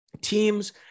teams